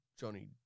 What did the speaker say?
Johnny